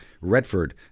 Redford